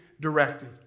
directed